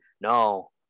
No